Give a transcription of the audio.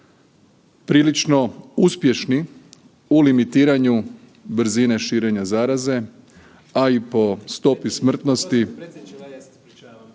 prilično uspješni u limitiranju brzine širenja zaraze, a i po stopi smrtnosti.